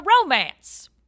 romance